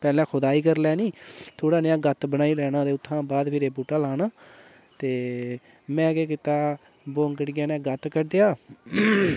पैह्लें खुदाई करी लैनी थोह्ड़ा नेहा गत्त बनाई लैना ते उत्थुआं बाद फिर एह् बूह्टा लाना ते में केह् कीता बोंगड़ियै नै गत्त कड्ढेआ